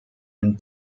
den